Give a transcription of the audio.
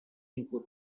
input